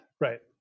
right